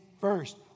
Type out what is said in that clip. first